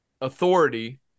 authority